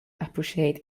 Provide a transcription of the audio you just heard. appreciate